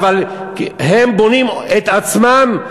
אבל הם בונים את עצמם,